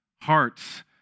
hearts